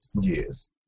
yes